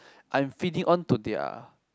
I'm feeding onto their